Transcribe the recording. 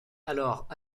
alors